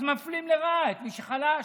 אז מפלים לרעה את מי שחלש,